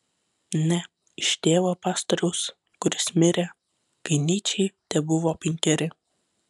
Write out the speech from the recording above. ne iš tėvo pastoriaus kuris mirė kai nyčei tebuvo penkeri